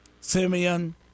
Simeon